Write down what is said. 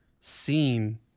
seen